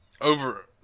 Over